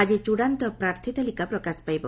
ଆକି ଚଡ଼ାନ୍ତ ପ୍ରାର୍ଥୀ ତାଲିକା ପ୍ରକାଶ ପାଇବ